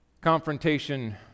Confrontation